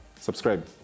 subscribe